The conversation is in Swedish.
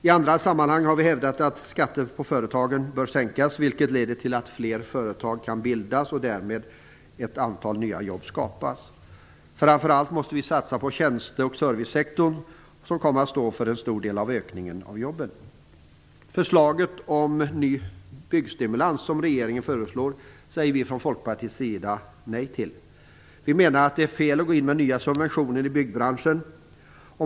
I andra sammanhang har vi hävdat att skatter på företagen bör sänkas, vilket leder till att fler företag kan bildas och därmed ett antal nya jobb kan skapas. Framför allt måste vi satsa på tjänste och servicesektorn som kommer att stå för en stor del av ökningen av jobben. Regeringens förslag om ny byggstimulans säger vi i Folkpartiet nej till. Vi menar att det är fel att gå in med nya subventioner i byggbranschen.